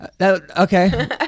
Okay